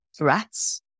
rats